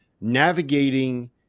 navigating